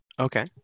Okay